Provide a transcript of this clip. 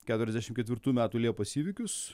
keturiasdešim ketvirtų metų liepos įvykius